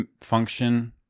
function